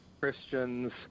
Christians